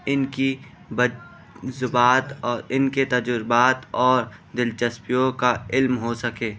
ان کی زبات اور ان کے تجربات اور دلچسپیوں کا علم ہو سکے